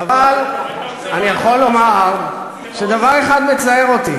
אבל אני יכול לומר שדבר אחד מצער אותי,